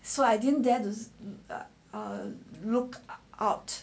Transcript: so I didn't dare to err look out